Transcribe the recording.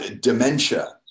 dementia